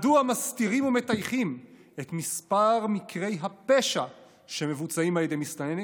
מדוע מסתירים ומטייחים את מספר מקרי הפשע שמבוצעים על ידי מסתננים?